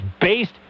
based